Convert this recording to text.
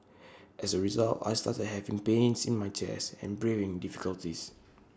as A result I started having pains in my chest and breathing difficulties